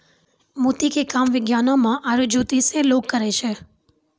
मोती के काम विज्ञानोॅ में आरो जोतिसें लोग करै छै